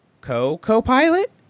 co-co-pilot